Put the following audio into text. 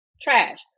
trash